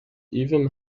even